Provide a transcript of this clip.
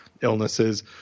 illnesses